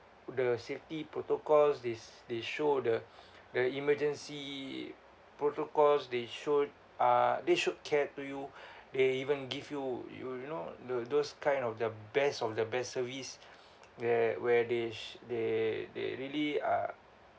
the safety protocols this they show the the emergency protocols they showed uh they showed care to you they even give you you know tho~ those kind of the best of the best service where where they they they really are